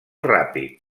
ràpid